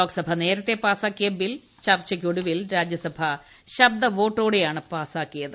ലോക്സഭ നേരത്തെ പാസാക്കിയ ബിൽ ചർച്ചക്കൊടുവിൽ രാജ്യസഭ ശബ്ദ വോട്ടോടെയാണ് പാസാക്കിയത്